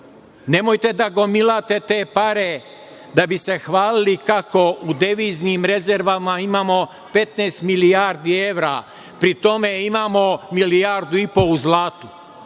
nemojte da gomilate te pare da bi se hvalili kako u deviznim rezervama imamo 15 milijardi evra, pritom imamo milijardu i po u zlatu.